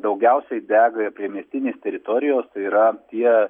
daugiausiai dega priemiestinės teritorijos tai yra tie